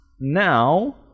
now